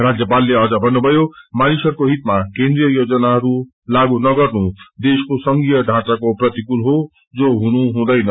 राज्यपाल अझ भन्नुभ्झयो मानिसहरूको हितमा केन्द्रिय योजनाहरू लागू नगर्नु देशको संधीय ढाँचाको प्रतिकूल हो जो हुनुहँदैन